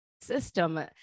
system